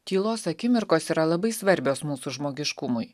tylos akimirkos yra labai svarbios mūsų žmogiškumui